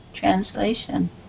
translation